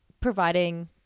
providing